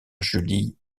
julie